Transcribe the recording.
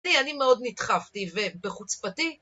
אני מאוד נדחפתי ובחוצפתי